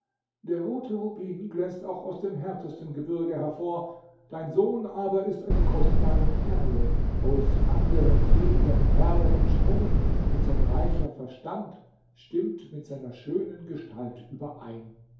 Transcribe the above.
der rote rubin glänzt auch aus dem härtesten gebirge hervor dein sohn aber ist eine kostbare perle aus anderen edlen perlen entsprungen und sein reicher verstand stimmt mit seiner schönen gestalt überein